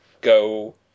go